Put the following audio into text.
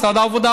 משרד העבודה,